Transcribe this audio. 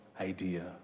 idea